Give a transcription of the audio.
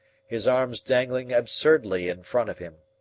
his arms dangling absurdly in front of him.